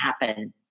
happen